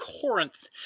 Corinth